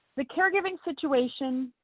the caregiving situation,